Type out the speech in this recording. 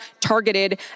targeted